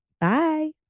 Bye